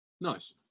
Nice